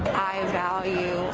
i value